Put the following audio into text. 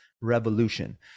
revolution